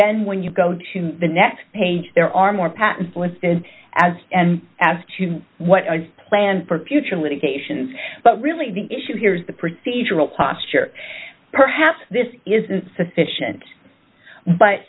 then when you go to the next page there are more patents listed as and as to what i plan for future litigation but really the issue here is the procedural posture perhaps this isn't sufficient but